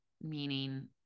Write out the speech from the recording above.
meaning